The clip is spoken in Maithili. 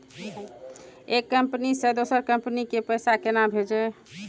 एक कंपनी से दोसर कंपनी के पैसा केना भेजये?